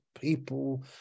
people